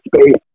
space